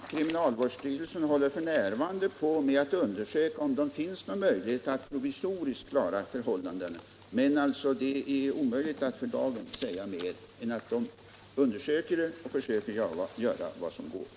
Herr talman! Kriminalvårdsstyrelsen håller f. n. på att undersöka om det finns någon möjlighet att provisoriskt förbättra förhållandena. Men det är alltså omöjligt att för dagen säga mer än att man försöker göra vad som kan göras.